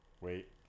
wait